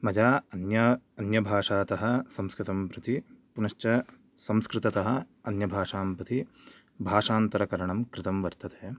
मया अन्या अन्यभाषातः संस्कृतं प्रति पुनश्च संस्कृततः अन्यभाषां प्रति भाषान्तरकरणं कृतं वर्तते